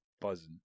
buzzing